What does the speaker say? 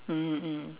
mmhmm mm